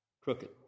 crooked